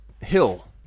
Hill